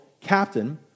captain